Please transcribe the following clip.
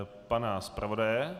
Pana zpravodaje?